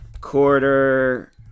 quarter